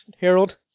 Harold